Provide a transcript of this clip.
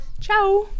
Ciao